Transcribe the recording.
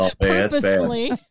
purposefully